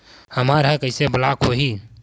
हमर ह कइसे ब्लॉक होही?